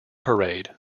parade